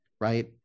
Right